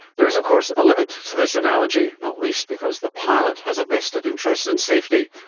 there is of course a limit to this analogy, not least because the pilot has a vested interest in safety.